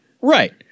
Right